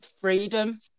freedom